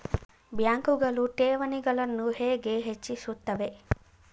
ಬ್ಯಾಂಕುಗಳು ಠೇವಣಿಗಳನ್ನು ಹೇಗೆ ಹೆಚ್ಚಿಸುತ್ತವೆ?